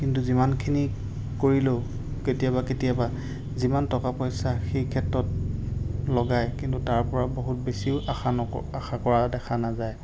কিন্তু যিমানখিনি কৰিলেও কেতিয়াবা কেতিয়াবা যিমান টকা পইচা সেই ক্ষেত্ৰত লগায় কিন্তু তাৰপৰা বহুত বেছিও আশা আশা কৰা দেখা নাযায়